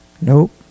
Nope